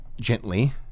gently